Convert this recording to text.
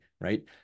right